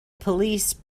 police